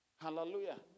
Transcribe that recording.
Hallelujah